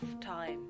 time